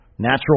Natural